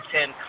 Ten